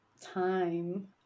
time